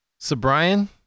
Sobrian